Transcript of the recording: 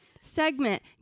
Segment